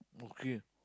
okay